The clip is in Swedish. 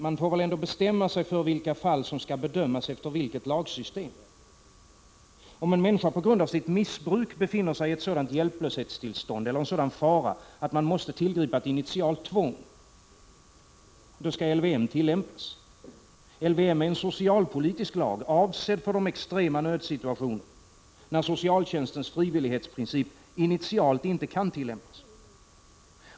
Man får väl ändå bestämma sig för vilka fall som skall bedömas efter vilket lagsystem. Om en människa på grund av sitt missbruk befinner sig i ett sådant hjälplöshetstillstånd eller en sådan fara att man måste tillgripa ett initialt tvång, då skall LVM tillämpas. LVM är en socialpolitisk lag, avsedd för de extrema nödsituationer då socialtjänstens frivillighetsprincip initialt inte kan tillämpas.